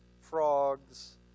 frogs